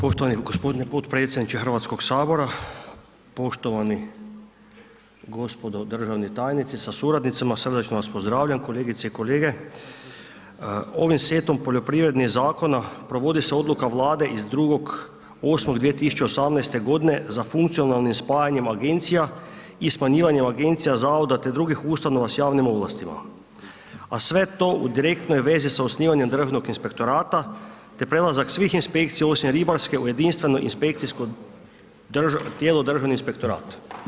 Poštovani g. potpredsjedniče HS, poštovani gospodo državni tajnici sa suradnicama srdačno vas pozdravljam, kolegice i kolege, ovim setom poljoprivrednih zakona provodi se odluka Vlade iz 2.8.2018.g. za funkcionalnim spajanjem agencija i smanjivanjem agencija, zavoda, te drugih ustanova sa javnim ovlastima, a sve to u direktnoj vezi sa osnivanjem Državnog inspektorata, te prelazak svih inspekcija, osim ribarske u jedinstveno inspekcijsko tijelo Državni inspektorat.